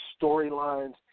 storylines